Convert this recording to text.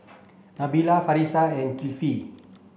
Nabila Farish and Kifli